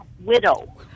widow